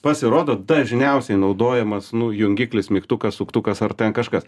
pasirodo dažniausiai naudojamas nu jungiklis mygtukas suktukas ar ten kažkas